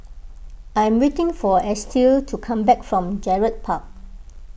I am waiting for Estill to come back from Gerald Park